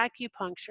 acupuncture